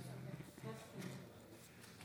אני קובע שהצעת החוק התקבלה.